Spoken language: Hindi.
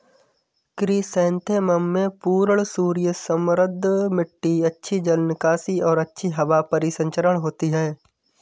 क्रिसैंथेमम में पूर्ण सूर्य समृद्ध मिट्टी अच्छी जल निकासी और अच्छी हवा परिसंचरण होती है